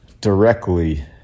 directly